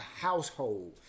household